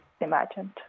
imagined